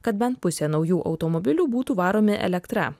kad bent pusė naujų automobilių būtų varomi elektra